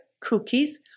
cookies